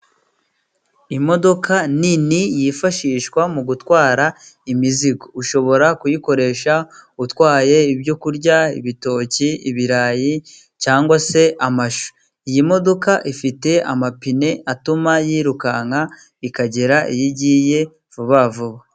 Imodoka nini yifashishwa mu gutwara imizigo ushobora kuyikoresha utwaye ibyo kurya ibitoki, ibirayi cyangwa se amashu. Iyi modoka ifite amapine atuma yirukanka ikagera iyo igiye vuba vuba.